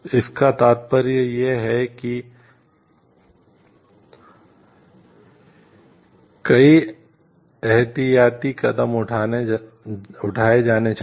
इसका तात्पर्य यह है कि कई एहतियाती कदम उठाए जाने चाहिए